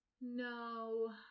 No